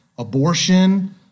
Abortion